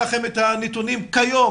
אין לכם את הנתונים כיום,